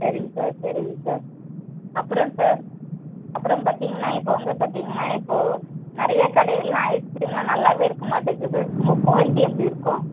சரிங்க சார் சரிங்க சார் அப்புறம் சார் அப்புறம் பார்த்திங்கன்னா இப்போ வந்து பார்த்திங்கன்னா இப்போது நிறைய கடையெல்லாம் ஐஸ்க்ரீம்லாம் நல்லாவே இருக்க மாட்டேங்கிது உங்கள் குவாலிட்டி எப்படி இருக்கும்